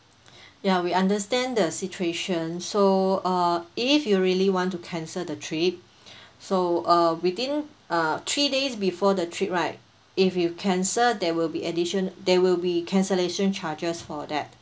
ya we understand the situation so uh if you really want to cancel the trip so uh within uh three days before the trip right if you cancel there will be addition~ there will be cancellation charges for that